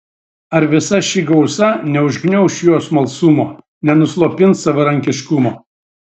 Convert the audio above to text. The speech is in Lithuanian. ar visa ši gausa neužgniauš jo smalsumo nenuslopins savarankiškumo